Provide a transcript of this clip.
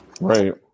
Right